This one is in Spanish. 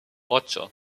ocho